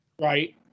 Right